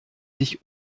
sich